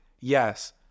yes